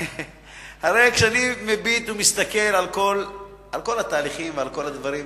הרי כשאני מביט ומסתכל על כל התהליכים ועל כל הדברים